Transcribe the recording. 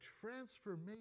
transformation